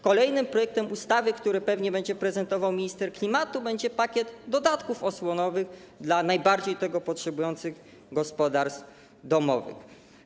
Kolejnym projektem ustawy, który pewnie będzie prezentował minister klimatu, będzie pakiet dodatków osłonowych dla najbardziej tego potrzebujących gospodarstw domowych.